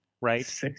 Right